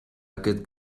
aquest